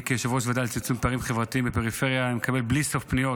כיושב-ראש ועדה לצמצום פערים חברתיים בפריפריה אני מקבל בלי סוף פניות